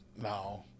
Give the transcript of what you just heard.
No